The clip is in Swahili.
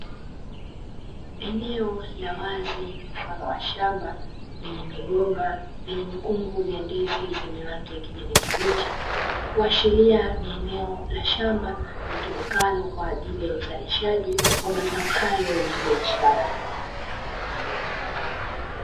Eneo la wazi mfano wa shamba, lenye migomba yenye mikungu ya ndizi yenye rangi ya kijani kibichi, kuashiria ni eneo la shamba litumikalo kwa ajili ya uzalishaji wa mazao hayo ya biashara.